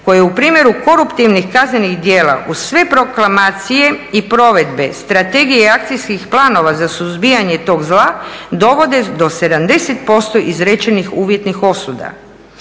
koje u primjeru koruptivnih kaznenih djela uz sve proklamacije i provedbe strategije i akcijskih planova za suzbijanje tog zla dovode do 70% izrečenih uvjetnih osuda.